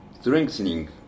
strengthening